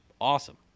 awesome